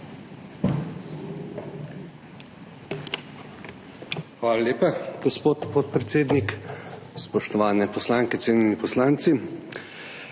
Hvala lepa, gospod podpredsednik. Spoštovane poslanke, cenjeni poslanci!